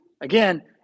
again